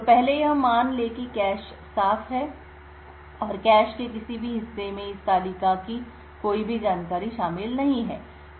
तो पहले यह मान लें कि कैश साफ है और कैश के किसी भी हिस्से में इस तालिका की कोई भी जानकारी शामिल नहीं है